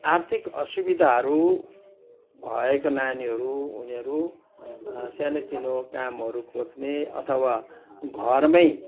आर्थिक असुविधाहरू भएका नानीहरू उनीहरू सानोतिनो कामहरू खोज्ने अथवा घरमै